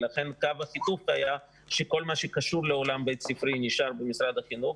לכן קו החיתוך היה שכל מה שקשור בעולם הבית ספרי נשאר במשרד החינוך,